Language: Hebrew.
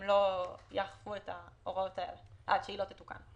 שזה לא ייאכף עד שהטעות לא תתוקן.